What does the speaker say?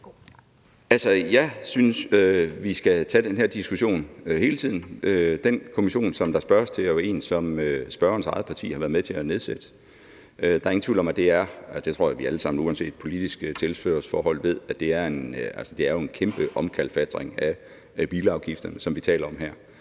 Altså, jeg synes, at vi skal tage den her diskussion hele tiden. Den kommission, der spørges til, er jo en, som spørgerens eget parti har været med til at nedsætte. Der er ingen tvivl om – og det tror jeg at vi alle sammen uanset politisk tilhørsforhold ved – at det er en kæmpe omkalfatring af bilafgifterne, som vi taler om her.